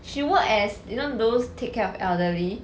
she work as you know those take care of elderly